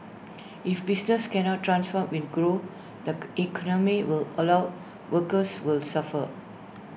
if businesses cannot transform and grow the economy will allow workers will suffer